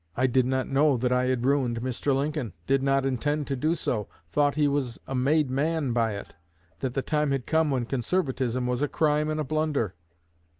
i did not know that i had ruined mr. lincoln did not intend to do so thought he was a made man by it that the time had come when conservatism was a crime and a blunder